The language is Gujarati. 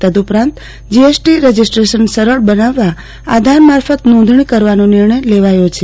તદ્દપરાંત જીએસટી રજિસ્ટ્રેશન સરળ બનાવવા આધાર મારફત નોંધણી કરવાનો નિર્ણય લેવાયો છે